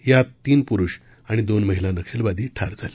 यात तीन पुरुष आणि दोन महिला नक्षलवादी ठार झाल्या